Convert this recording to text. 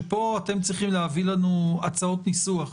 ופה אתם צריכים להביא לנו הצעות ניסוח.